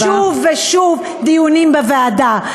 שוב ושוב דיונים בוועדה.